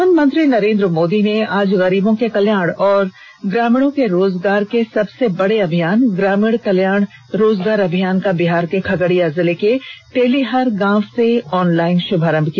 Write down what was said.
प्रधानमंत्री नरेंद्र मोदी ने आज गरीबों के कल्याण और ग्रामीणों के रोजगार के सबसे बड़े अभियान गरीब कल्याण रोजगार अभियान का बिहार के खगड़िया जिले के तेलीहार गांव से ऑनलाइन श्भारंभ किया